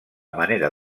manera